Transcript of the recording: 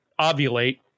ovulate